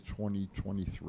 2023